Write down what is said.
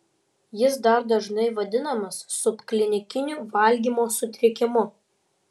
jis dar dažnai vadinamas subklinikiniu valgymo sutrikimu